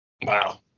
Wow